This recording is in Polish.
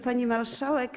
Pani Marszałek!